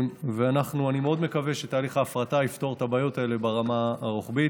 אני מאוד מקווה שתהליך ההפרטה יפתור את הבעיות האלה ברמה הרוחבית.